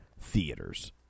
theaters